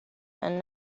and